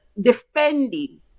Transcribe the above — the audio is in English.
defending